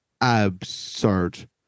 absurd